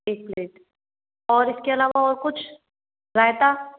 एक प्लेट और इसके अलावा और कुछ रायता